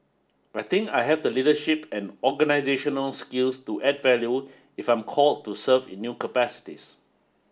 I think I have the leadership and organisational skills to add value if I'm called to serve in new capacities